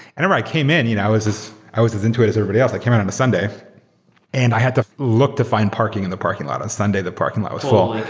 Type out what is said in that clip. and i came in, you know i was i was into it as everybody else. i came out on a sunday and i had to look to find parking in the parking lot. sunday, the parking lot was full.